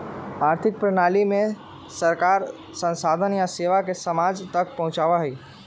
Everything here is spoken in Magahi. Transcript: आर्थिक प्रणाली में सरकार संसाधन या सेवा के समाज तक पहुंचावा हई